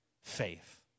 faith